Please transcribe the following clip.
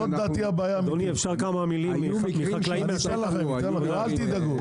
זו הבעיה האמיתית, לדעתי.